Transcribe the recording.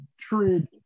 trade